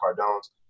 Cardone's